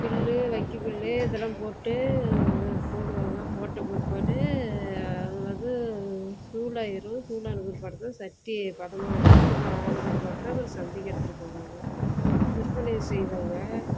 புல்லு வைக்கப்புல்லு இதெல்லாம் போட்டு இதெல்லாம் போடுவாங்க போட்ட பிற்பாடு அது வந்து சூடாகிரும் சூடான பிற்பாடுதான் சட்டி பதமாக இருக்கும் அது ஆறின பிற்பாடுதான் அப்புறம் சந்தைக்கு எடுத்துட்டு போவாங்க விற்பனை செய்வாங்க